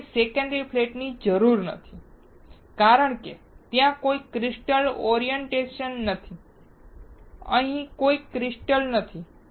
તેને સેકન્ડરી ફ્લેટની જરૂર નથી કારણ કે ત્યાં કોઈ ક્રિસ્ટલ ઓરિએન્ટેશન નથી અહીં કોઈ ક્રિસ્ટલ નથી